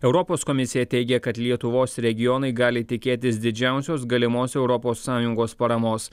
europos komisija teigė kad lietuvos regionai gali tikėtis didžiausios galimos europos sąjungos paramos